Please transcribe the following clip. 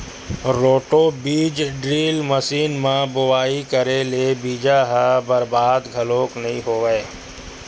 roto बीज drill machine म बोवई करे ले बीजा ह बरबाद घलोक नइ होवय